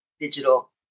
digital